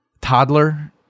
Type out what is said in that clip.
toddler